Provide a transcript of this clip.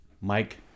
Mike